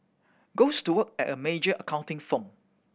goes to work at a major accounting firm